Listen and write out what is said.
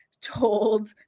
told